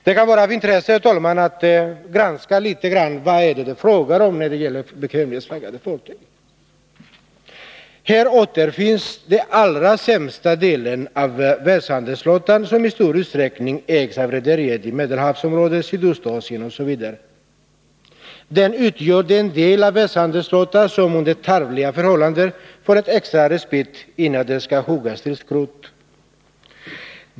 Det kan vara av intresse, herr talman, att något granska vad problemen gäller beträffande bekvämlighetsflaggade fartyg. Här återfinns den allra sämsta andelen av världshandelsflottan. Den ägs i stor utsträckning av rederier i Medelhavsområdet, Sydostasien osv. Den utgör den del av världshandelsflottan som under tarvliga förhållanden får en extra respit innan den skall huggas till skrot.